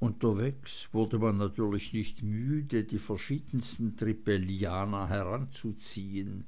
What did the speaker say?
unterwegs wurde man natürlich nicht müde die verschiedensten trippelliana heranzuziehen